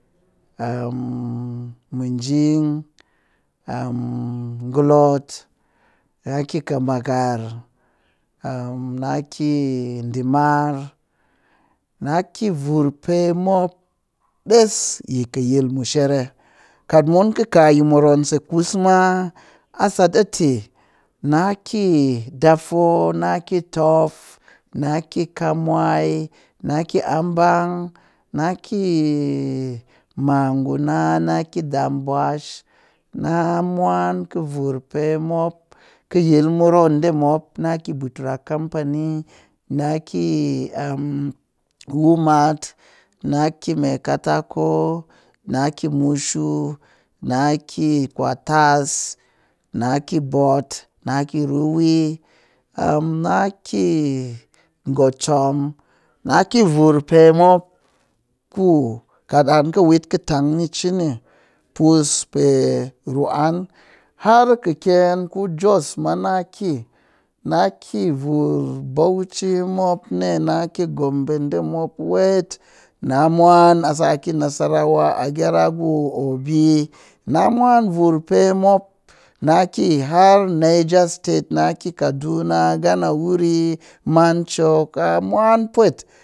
minjing ngolot na ki kamakar, na ki dimar, na ki vur pe mop yi kɨ yil mushere katmun kɨ ka yi moroon se kusma, a sat a tɨ na ki dafo, na ki toff na ki kamoi, naki ambang, naki manguna, naki dambwash, na mwan kɨ vur pe mop kɨ yil moroon ɗe mop naki butara kampani naki wumat, naki maikatako naki mushu, naki kwatas, naki bot naki ruwi naki gochom naki vurpe mop ku kat an kɨ wit kɨ tang ni chini puss pe ru an har kɨkyen ku jos ma naki naki bauchi mop ne naki gombe ɗe mop wet. Na mwan a saki nasarawa, agerugu, obi na mwan vur pe mop naki har niger state kaduna, ganawuri, manchok a mwan pwet